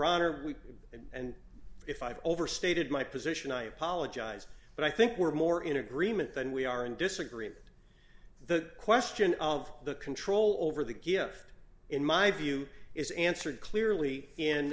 we and if i've overstated my position i apologize but i think we're more in agreement than we are in disagreement the question of the control over the gift in my view is answered clearly